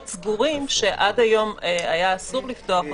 סגורים שעד היום היה אסור לפתוח אותם.